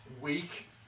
week